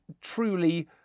truly